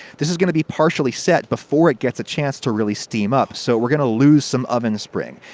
this is gonna be partially set before it gets the chance to really steam up, so we're gonna loose some oven spring.